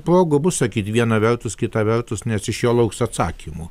progų bus sakyt viena vertus kita vertus nes iš jo lauks atsakymų